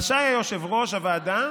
רשאי יושב-ראש הוועדה,